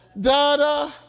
da-da